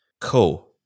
Cool